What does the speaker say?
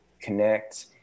connect